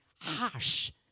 harsh